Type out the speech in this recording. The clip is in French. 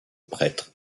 prêtres